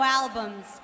albums